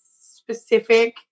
specific